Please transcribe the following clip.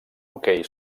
hoquei